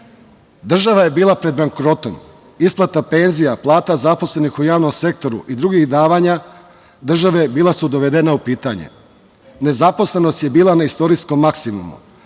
Država je bila pred bankrotom. Isplata penzija, plata zaposlenih u javnom sektoru i drugih davanja države bila su dovedena u pitanje. Nezaposlenost je bila na istorijskom maksimumu,